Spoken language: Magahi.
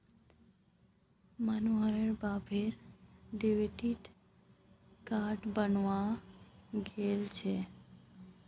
मोहनेर बापेर डेबिट कार्ड बने गेल छे